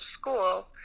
school